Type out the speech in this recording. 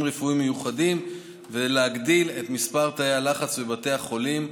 רפואיים מיוחדים ולהגדיל את מספר תאי הלחץ בבתי החולים,